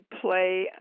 play